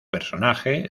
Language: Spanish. personaje